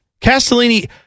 Castellini